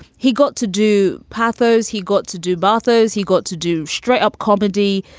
he got to do paphos. he got to do bartos. he got to do straight up comedy.